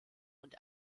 und